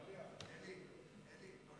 אדוני היושב-ראש,